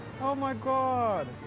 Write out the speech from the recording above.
oh, my god.